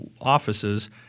offices